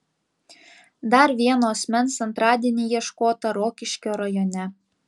dar vieno asmens antradienį ieškota rokiškio rajone